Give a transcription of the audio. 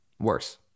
worse